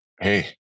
Hey